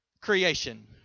creation